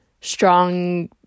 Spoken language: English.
strong